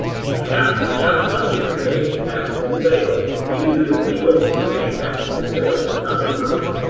you have to have one if you're making taxable sales. it is illegal to make taxable sales without a permit.